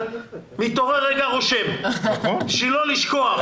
מתעורר רגע ורושם כדי לא לשכוח.